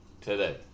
today